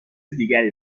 دیگری